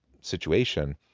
situation